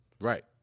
Right